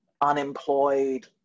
unemployed